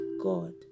God